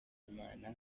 imana